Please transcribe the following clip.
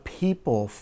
people